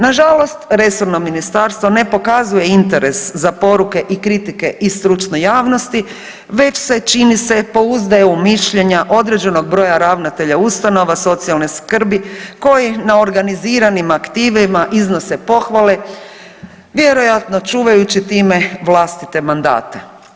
Nažalost, resorno ministarstvo ne pokazuje interes za poruke i kritike i stručne javnosti već se čini se pouzdaje u mišljenja određenog broja ravnatelja ustanova socijalne skrbi koji na organiziranim aktivima iznose pohvale vjerojatno čuvajući time vlastite mandate.